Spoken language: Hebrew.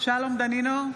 שלום דנינו,